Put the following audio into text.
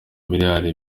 miliyari